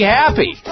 happy